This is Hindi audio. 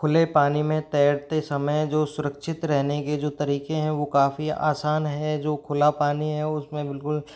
खुले पानी मे तैरते समय जो सुरक्षित रहने के जो तरीके हैं वो काफ़ी आसान है जो खुला पानी है उसमें बिल्कुल